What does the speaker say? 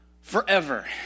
forever